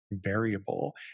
variable